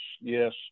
yes